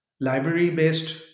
library-based